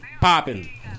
popping